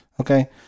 Okay